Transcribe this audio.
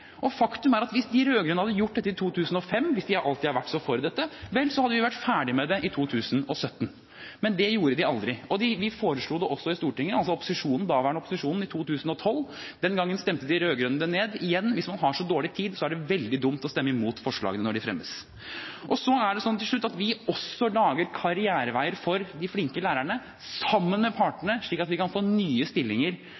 Faktum er at hvis de rød-grønne hadde gjort dette i 2005, hvis de alltid har vært så for dette, så hadde vi vært ferdig med det i 2017. Men det gjorde de aldri. Vi – den daværende opposisjonen – foreslo det også i Stortinget i 2012. Den gangen stemte de rød-grønne det ned. Igjen: Hvis man har så dårlig tid, er det veldig dumt å stemme mot forslagene når de fremmes. Til slutt: Vi lager også karriereveier for de flinke lærerne, sammen med